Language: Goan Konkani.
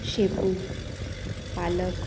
शेपू पालक